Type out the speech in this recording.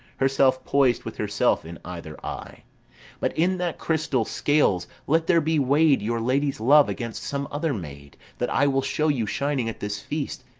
herself pois'd with herself in either eye but in that crystal scales let there be weigh'd your lady's love against some other maid that i will show you shining at this feast,